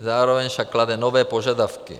Zároveň však klade nové požadavky.